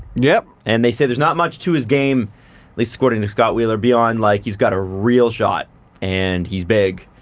yep and they say there's not much to his game at least according to scott wheeler beyond like he's got a real shot and he's big,